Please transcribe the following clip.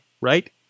right